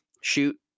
shoot